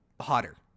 hotter